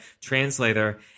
translator